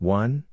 one